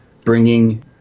bringing